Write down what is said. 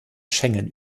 schengen